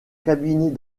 cabinet